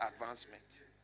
advancement